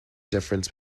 difference